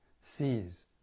sees